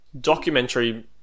documentary